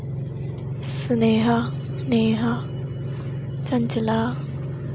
Sneha Neha Chanchala